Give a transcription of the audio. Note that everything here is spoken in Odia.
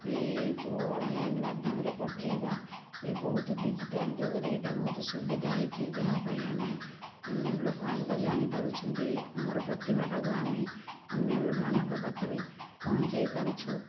ଏ ଯେଉଁ ଅନଲାଇନ ମାଧ୍ୟମରେ ପଠାଇବା ଇଏ ବହୁତ ଡିଜିଟାଲ ଯୁଗରେ ଏଟା ବହୁତ ସୁବିଧା ହୋଇଛି ଯାହା ପାଇଁ ଆମେ ଲୋକ ଆମକୁ ଜାଣିପାରୁଛନ୍ତି ଆମର ପ୍ରତିଭାଟାକୁ ଆମେ ଅନ୍ୟମାନଙ୍କ ପାଖରେ ପହଞ୍ଚାଇ ପାରୁଛୁ